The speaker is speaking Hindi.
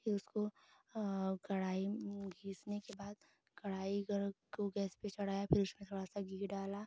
फिर उसको कड़ाही घिसने के बाद कड़ाही गर्म गैस पर चढ़ाया फिर उसमें थोड़ा सा घी डाला